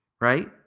right